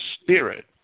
Spirit